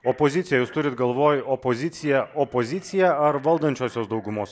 opozicija jūs turit galvoj opoziciją opoziciją ar valdančiosios daugumos